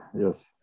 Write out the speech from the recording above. Yes